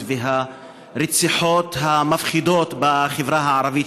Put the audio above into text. והרציחות המפחידות בחברה הערבית,